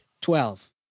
Twelve